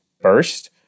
first